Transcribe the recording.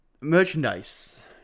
Merchandise